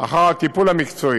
אחר הטיפול המקצועי.